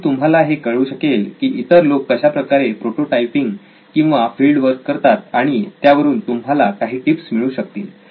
त्यातून तुम्हाला हे कळू शकेल की इतर लोक कशाप्रकारे प्रोटोटाइपिंग आणि फील्ड वर्क करतात आणि त्यावरून तुम्हाला काही टिप्स मिळू शकतील